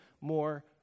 more